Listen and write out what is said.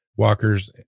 Walker's